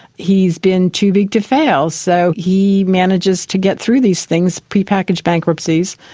he has been too big to fail. so he manages to get through these things, pre-packaged bankruptcies,